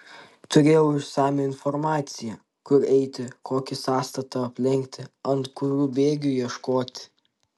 turėjau išsamią informaciją kur eiti kokį sąstatą aplenkti ant kurių bėgių ieškoti